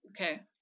okay